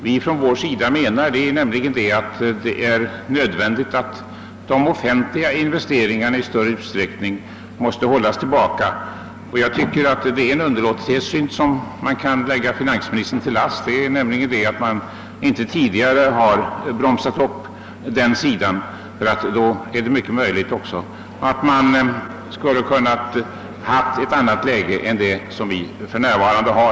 Vi menar också att det är nödvändigt att de offentliga investeringarna hålls tillbaka i större utsträckning. Jag tycker att det är en underlåtenhetssynd som man kan lägga finansministern till last, nämligen att den sidan inte har bromsats tidigare. Det är mycket möjligt att man därigenom hade haft ett annat läge än det vi för närvarande har.